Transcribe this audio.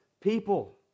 people